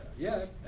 yeah.